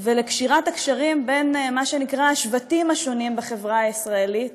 ולקשירת הקשרים בין מה שנקרא השבטים השונים בחברה הישראלית